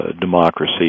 democracy